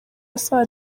asaba